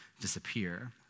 Disappear